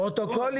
פרוטוקולים?